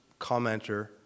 commenter